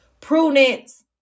prudence